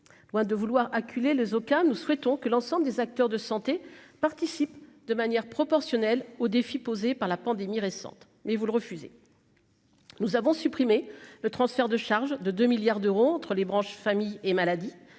loin de vouloir acculer les aucun, nous souhaitons que l'ensemble des acteurs de santé participent de manière proportionnelle aux défis posés par la pandémie récente mais vous le refuser. Nous avons supprimé le transfert de charge de 2 milliards d'euros entre les branches famille et maladie